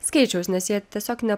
skaičiaus nes jie tiesiog ne